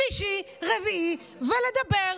שלישי ורביעי ולדבר.